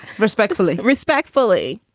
respectfully. respectfully.